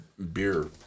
beer